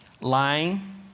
Lying